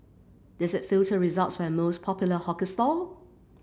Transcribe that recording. does it filter results by most popular hawker stall